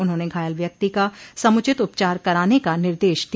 उन्होंने घायल व्यक्ति का समुचित उपचार कराने का निर्देश दिया